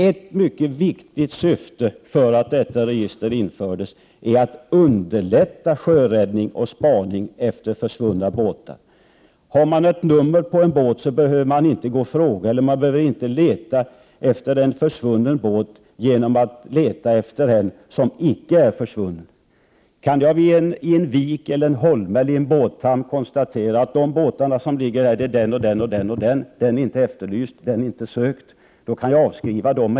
Ett mycket viktigt syfte är att underlätta sjöräddning och spaning efter försvunna båtar. Finns det nummer på en båt behöver man inte leta efter en försvunnen båt genom att leta efter en som icke är försvunnen. Kan jag i en vik eller hamn eller vid en holme konstatera att dessa och dessa båtar ligger här, de är inte eftersökta, då kan jag med en gång avskriva dem.